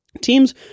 Teams